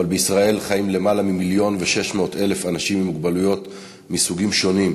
אבל בישראל חיים למעלה מ-1.6 מיליון אנשים עם מוגבלויות מסוגים שונים,